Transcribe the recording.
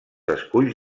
esculls